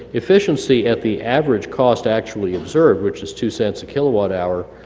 efficiency at the average cost actually observed, which is two cents a kilowatt hour,